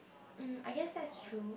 mm I guess that's true